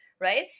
right